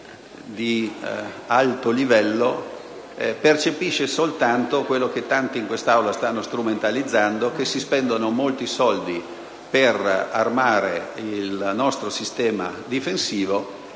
di alto livello percepisce soltanto ciò che tanti in quest'Aula stanno strumentalizzando: ossia che si spendono tanti soldi per armare il nostro sistema difensivo,